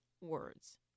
words